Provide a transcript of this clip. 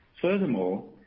Furthermore